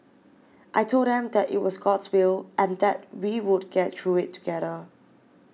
I told them that it was God's will and that we would get through it together